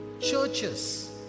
churches